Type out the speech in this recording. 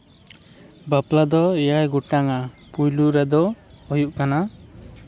ᱵᱟᱯᱞᱟ ᱫᱚ ᱮᱭᱟᱭ ᱜᱚᱴᱟᱝᱟ ᱯᱳᱭᱞᱳ ᱨᱮᱫᱚ ᱦᱩᱭᱩᱜ ᱠᱟᱱᱟ